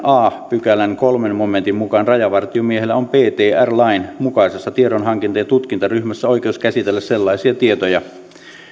a pykälän kolmannen momentin mukaan rajavartiomiehellä on ptr lain mukaisessa tiedonhankinta ja tutkintaryhmässä oikeus käsitellä sellaisia tietoja